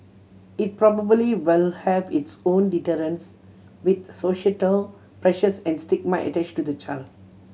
it probably will have its own deterrents with societal pressures and stigma attached to the child